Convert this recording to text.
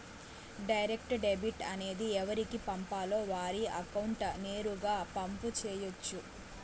direct debit అనేది ఎవరికి పంపాలో వారి అకౌంట్ నేరుగా పంపు చేయొచ్చు